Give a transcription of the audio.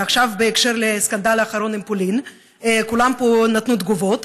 ועכשיו בקשר לסקנדל האחרון עם פולין כולם פה נתנו תגובות,